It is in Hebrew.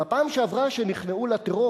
בפעם שעברה שנכנעו לטרור,